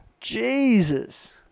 Jesus